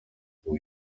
new